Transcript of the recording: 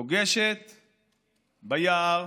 פוגשת ביער,